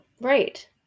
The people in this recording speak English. right